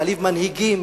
להעליב מנהיגים,